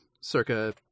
circa